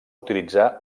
utilitzar